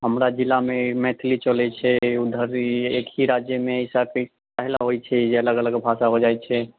हमरा जिलामे मैथिली चलैत छै उधर भी एक ही राज्यमे ऐसा काहे ला होइत छै जे अलग अलग भाषा हो जाइत छै